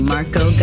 Marco